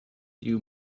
you